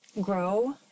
grow